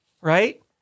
right